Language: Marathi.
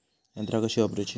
यंत्रा कशी वापरूची?